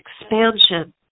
expansion